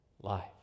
life